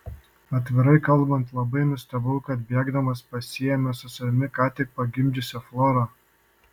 atvirai kalbant labai nustebau kad bėgdamas pasiėmė su savimi ką tik pagimdžiusią florą